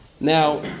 Now